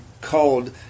called